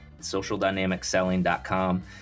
Socialdynamicselling.com